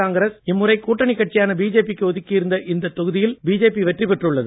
காங்கிர ஸ்இம்முறைகூட்டணிகட்சியானபிஜேபிக்குஒதுக்கியிருந்தஇத்தொகுதியி ல்பிஜேபிவெற்றிபெற்றுள்ளது